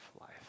life